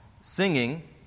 singing